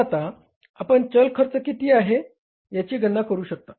तर आता आपण चल खर्च किती आहे याची गणना करू शकता